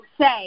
say